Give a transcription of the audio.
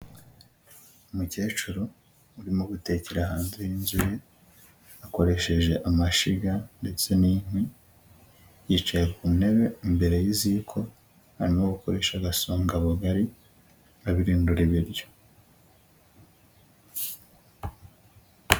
Umukecuru urimo gutekera hanze y'inzu ye akoresheje, amashyiga ndetse n'inkwi, yicaye ku ntebe imbere y'iziko arimo gukoresha agasongabugari, abirindura ibiryo.